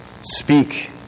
Speak